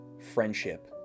Friendship